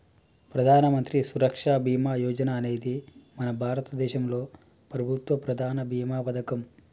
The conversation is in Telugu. ప్రధానమంత్రి సురక్ష బీమా యోజన అనేది మన భారతదేశంలో ప్రభుత్వ ప్రధాన భీమా పథకం